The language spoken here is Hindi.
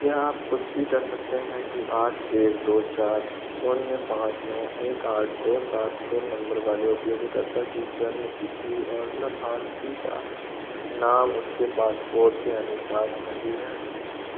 क्या आप पुष्टि कर सकते हैं कि आठ एक दो चार शून्य पाँच नौ एक आठ दो सात फोन नम्बर वाले उपयोगकर्ता की जन्म तिथि और लाभार्थी का नाम उसके पासपोर्ट के अनुसार सही है